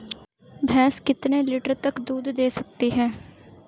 भैंस कितने लीटर तक दूध दे सकती है?